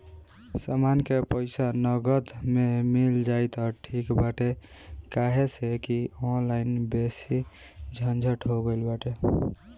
समान के पईसा नगद में मिल जाई त ठीक बाटे काहे से की ऑनलाइन बेसी झंझट हो गईल बाटे